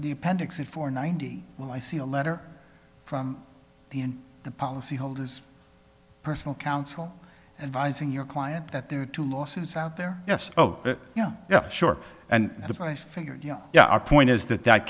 the appendix it for ninety when i see a letter from the policyholders personal counsel and vising your client that there are two lawsuits out there yes oh yeah yeah sure and that's what i figured yeah yeah our point is that that